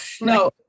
no